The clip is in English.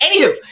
Anywho